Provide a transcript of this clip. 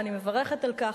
ואני מברכת על כך,